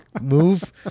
move